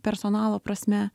personalo prasme